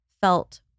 felt